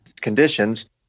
conditions